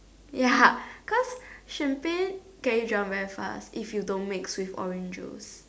ya cause champagne get you drunk very fast if you don't mix with orange juice